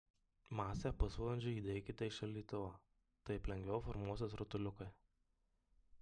masę pusvalandžiui įdėkite į šaldytuvą taip lengviau formuosis rutuliukai